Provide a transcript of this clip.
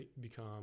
become